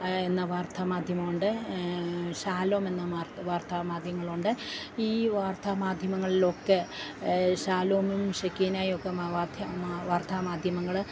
എന്ന വാർത്താമാധ്യമം ഉണ്ട് ശാലോം എന്ന വാർത്താമാധ്യമങ്ങളുണ്ട് ഈ വാർത്താമാധ്യമങ്ങളിൽ ഒക്കെ ശാലോമും ശെക്കീനയും ഒക്കെ വർത്താമാധ്യമങ്ങൾ